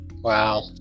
Wow